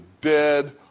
dead